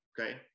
okay